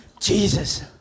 Jesus